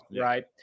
Right